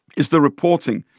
is the reporting.